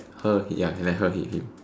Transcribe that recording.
her ya let her hit him